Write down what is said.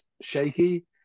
shaky